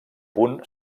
punt